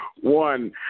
one